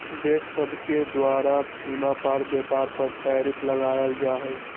देश सभके द्वारा सीमा पार व्यापार पर टैरिफ लगायल जाइ छइ